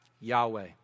Yahweh